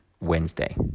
Wednesday